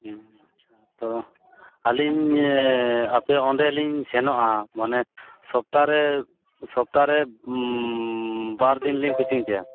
ᱛᱚ ᱟᱹᱞᱤᱧ ᱟᱯᱮ ᱚᱸᱰᱮᱞᱤᱧ ᱥᱚᱱᱚᱜᱼᱟ ᱢᱟᱱᱮ ᱥᱚᱯᱛᱟᱦᱚᱨᱮ ᱥᱚᱯᱛᱟ ᱦᱚᱨᱮ ᱵᱟᱨ ᱫᱤᱱ ᱞᱤᱧ ᱠᱳᱪᱤᱝ ᱯᱮᱭᱟ